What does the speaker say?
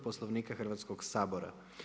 Poslovnika Hrvatskog sabora.